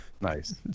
Nice